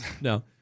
No